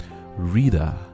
Reader